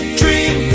dream